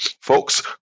folks